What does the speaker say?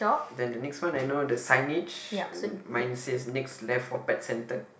then the next one I know the signage mine says next left for pet centre